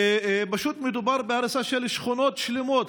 ופשוט מדובר בהריסה של שכונות שלמות,